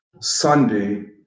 Sunday